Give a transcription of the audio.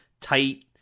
tight